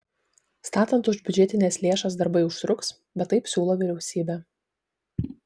statant už biudžetines lėšas darbai užtruks bet taip siūlo vyriausybė